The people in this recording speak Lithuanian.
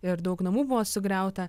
ir daug namų buvo sugriauta